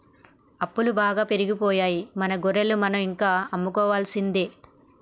అప్పులు బాగా పెరిగిపోయాయి మన గొర్రెలు మనం ఇంకా అమ్ముకోవాల్సిందే